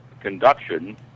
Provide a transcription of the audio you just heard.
conduction